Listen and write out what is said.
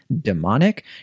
demonic